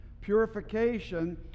Purification